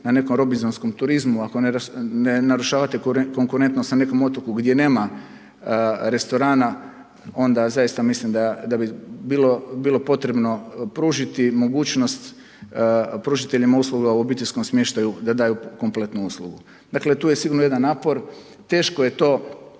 na nekom robinzonskom turizmu, a ko ne narušavate konkurentnost na nekom otoku gdje nema restorana onda zaista mislim da bi bilo potrebno pružiti mogućnost, pružateljima usluga u obiteljskom smještaju da daju kompletnu uslugu. Dakle tu je sigurno jedan napor. Teško je to